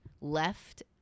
left